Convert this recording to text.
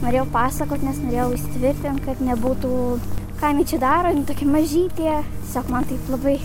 norėjau pasakot nes norėjau įsitvirtint kad nebūtų ką jinai čia daro jinai tokia mažytė tsiog man taip labai